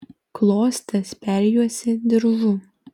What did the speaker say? klostes perjuosė diržu